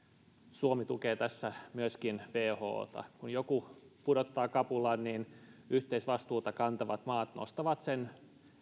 suomi tukee tässä myöskin whota kun joku pudottaa kapulan niin yhteisvastuuta kantavat maat nostavat sen